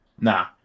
Nah